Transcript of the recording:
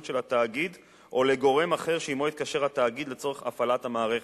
של התאגיד או לגורם אחר שעמו התקשר התאגיד לצורך הפעלת המערכת.